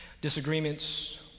Disagreements